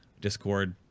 Discord